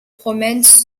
promène